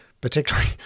particularly